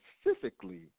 Specifically